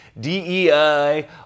DEI